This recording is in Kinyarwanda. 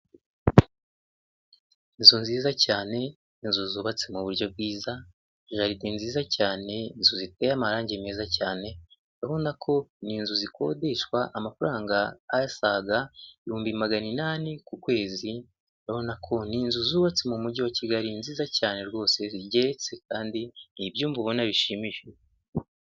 Inzu nziza cyane inzu zubatse mu buryo bwiza jaride nziza cyane, inzu ziteye amarangi meza cyane, urabona ko ni inzu zikodeshwa amafaranga asaga ibihumbi magana inani ku kwezi urabona ko ni inzu zubatse mu mujyi wa Kigali nziza cyane rwose zigeretse kandi ni ibyumba ubona bishimishije.